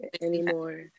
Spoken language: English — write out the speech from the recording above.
anymore